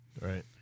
right